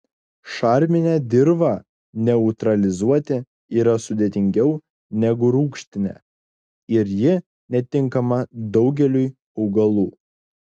šarminę dirvą neutralizuoti yra sudėtingiau negu rūgštinę ir ji netinkama daugeliui augalų